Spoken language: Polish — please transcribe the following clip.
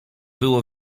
było